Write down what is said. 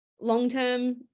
long-term